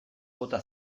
bota